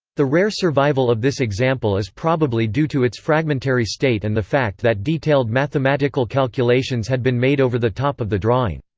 the rare survival of this example is probably due to its fragmentary state and the fact that detailed mathematical calculations had been made over the top of the drawing.